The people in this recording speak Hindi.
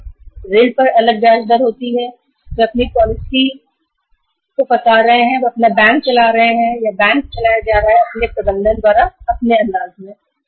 वे अपनी पॉलिसी बना रहे हैं अपना बैंक चला रहे हैं या कह सकते हैं कि बैंक अपने प्रबंधन द्वारा अपने अंदाज़ मे चलाया जा रहा है